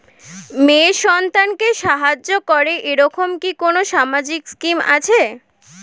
মেয়ে সন্তানকে সাহায্য করে এরকম কি কোনো সামাজিক স্কিম আছে?